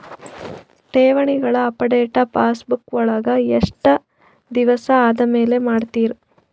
ಠೇವಣಿಗಳ update passbook ವಳಗ ಎಷ್ಟ ದಿವಸ ಆದಮೇಲೆ ಮಾಡ್ತಿರ್?